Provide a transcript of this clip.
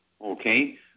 Okay